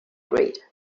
grid